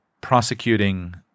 prosecuting